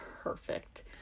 perfect